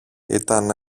ήταν